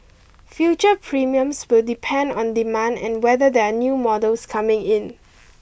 future premiums will depend on demand and whether there are new models coming in